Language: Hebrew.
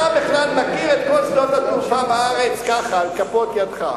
אתה בכלל מכיר את כל שדות התעופה בארץ ככה על כפות ידיך.